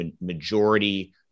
majority